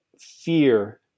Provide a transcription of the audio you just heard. fear